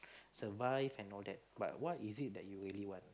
survive and all that but what is it that you really want